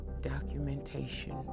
documentation